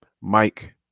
Mike